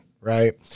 right